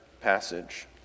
passage